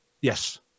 Yes